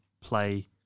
play